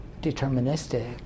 deterministic